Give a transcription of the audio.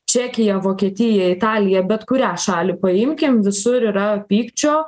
čekiją vokietiją italiją bet kurią šalį paimkim visur yra pykčio